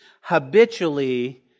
habitually